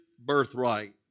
birthright